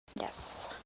Yes